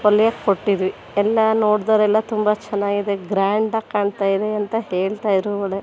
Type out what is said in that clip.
ಹೊಲೆಯೋಕೆ ಕೊಟ್ಟಿದ್ವಿ ಎಲ್ಲ ನೋಡಿದವ್ರೆಲ್ಲ ತುಂಬ ಚೆನ್ನಾಗಿದೆ ಗ್ರ್ಯಾಂಡಾಗಿ ಕಾಣ್ತಾಯಿದೆ ಅಂತ ಹೇಳ್ತಾಯಿದ್ರು ಒಳ್ಳೆ